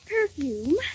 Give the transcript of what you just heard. perfume